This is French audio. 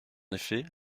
effet